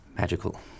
magical